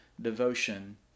devotion